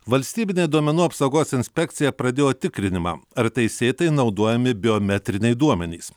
valstybinė duomenų apsaugos inspekcija pradėjo tikrinimą ar teisėtai naudojami biometriniai duomenys